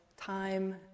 time